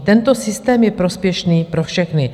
Tento systém je prospěšný pro všechny.